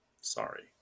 Sorry